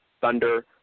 Thunder